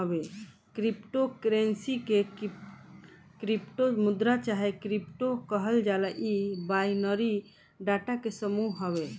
crypto currency के crypto मुद्रा चाहे क्रिप्टो कहल जाला इ बाइनरी डाटा के समूह हवे